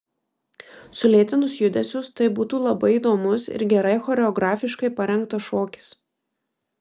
sulėtinus judesius tai būtų labai įdomus ir gerai choreografiškai parengtas šokis